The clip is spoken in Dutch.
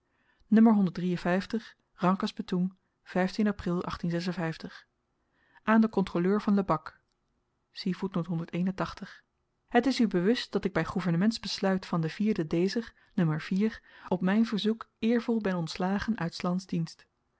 aan den kontroleur van lebak het is u bewust dat ik by gouvernements besluit van den op myn verzoek eervol ben ontslagen uit s lands dienst